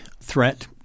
threat